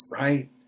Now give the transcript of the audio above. Right